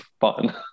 fun